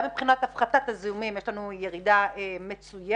גם מבחינת הפחתת הזיהומים כאשר יש לנו ירידה מצוינת.